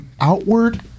outward